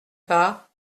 part